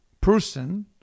person